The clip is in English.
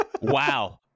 Wow